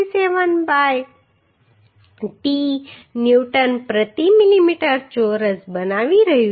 67 by t newton પ્રતિ millimetre ચોરસ બની રહ્યું છે